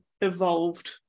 evolved